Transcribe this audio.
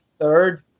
third